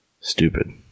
Stupid